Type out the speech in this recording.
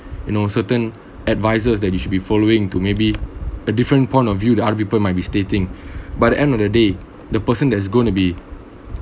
you know certain advisors that you should be following to maybe a different point of view the other people might be stating by the end of the day the person that is going to be